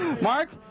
Mark